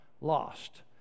lost